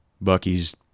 Bucky's